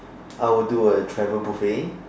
I would do a travel buffeting